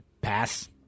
Pass